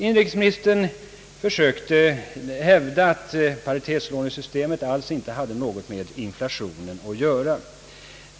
Inrikesministern försökte hävda, att paritetslånesystemet alls inte hade något med inflationen att göra.